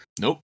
Nope